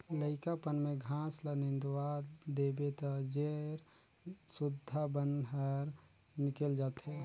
लइकापन में घास ल निंदवा देबे त जेर सुद्धा बन हर निकेल जाथे